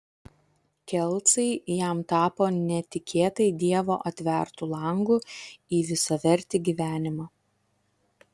kelcai jam tapo netikėtai dievo atvertu langu į visavertį gyvenimą